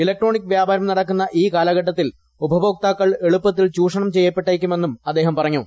electronic വ്യാപാരം നടക്കുന്ന ഈ കാലഘട്ടത്തിൽ ഉപഭോക്താക്കൾ എളുപ്പത്തിൽ ചൂഷണം ചെയ്യപ്പെട്ടേക്കുമെന്നും അദ്ദേഹം പറഞ്ഞു